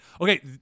Okay